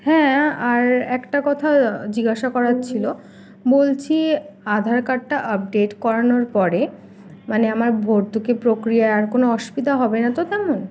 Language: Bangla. হ্যাঁ আর একটা কথা জিজ্ঞাসা করার ছিলো বলছি আধার কার্ডটা আপডেট করানোর পরে মানে আমার ভর্তুকি প্রক্রিয়া আর কোনও অসুবিধা হবে না তো তেমন